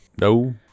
no